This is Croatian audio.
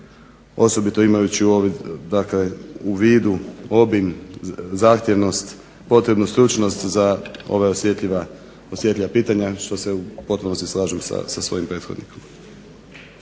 Osobito imajući dakle u vidu obim, zahtjevnost, potrebnu stručnost za ova osjetljiva pitanja što se u potpunosti slažem sa svojim prethodnikom.